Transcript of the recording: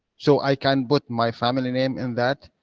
so i can put my family name in that?